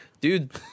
Dude